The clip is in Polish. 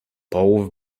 połów